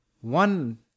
one